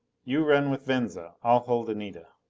you run with venza. i'll hold anita.